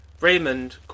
Raymond